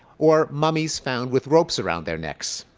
or mummies found with ropes around their necks?